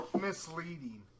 misleading